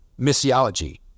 missiology